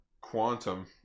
quantum